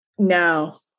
No